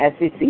SEC